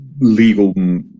legal